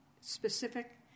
specific